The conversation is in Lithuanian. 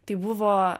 tai buvo